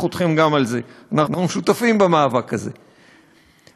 שהביטוח הסיעודי ימשיך להיות כזאת הפקרות של